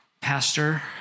pastor